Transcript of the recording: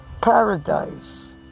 Paradise